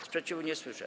Sprzeciwu nie słyszę.